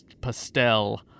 Pastel